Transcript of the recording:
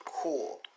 Cool